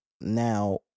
Now